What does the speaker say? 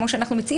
כמו שאנחנו מציע,